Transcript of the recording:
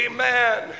Amen